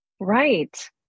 Right